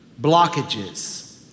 blockages